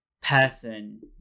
person